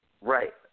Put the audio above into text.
Right